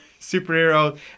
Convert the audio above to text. superhero